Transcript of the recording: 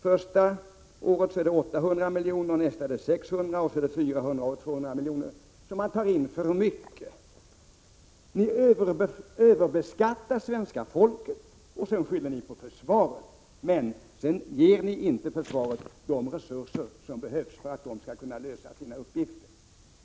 Första året är det 800 milj.kr., nästa år 600 milj.kr., därefter 400 milj.kr. och 200 milj.kr., som man tar in för mycket. Ni överbeskattar svenska folket och skyller på försvaret. Men sedan ger ni inte försvaret de resurser som behövs för att försvaret skall kunna lösa sina uppgifter.